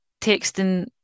texting